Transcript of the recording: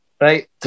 right